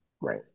Right